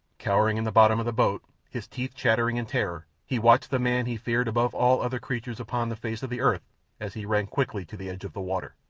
cowering in the bottom of the boat, his teeth chattering in terror, he watched the man he feared above all other creatures upon the face of the earth as he ran quickly to the edge of the water.